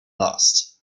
lust